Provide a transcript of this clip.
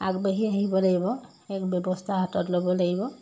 আগবাঢ়ি আহিব লাগিব এক ব্যৱস্থা হাতত ল'ব লাগিব